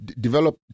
develop